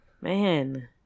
Man